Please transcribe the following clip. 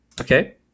Okay